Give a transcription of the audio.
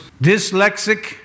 dyslexic